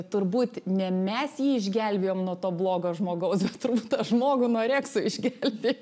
turbūt ne mes jį išgelbėjom nuo to blogo žmogaus turbūt tą žmogų nuo rekso išgelbė